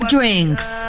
Drinks